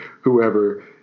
whoever